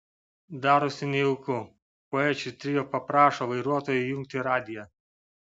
darosi nejauku poečių trio paprašo vairuotojo įjungti radiją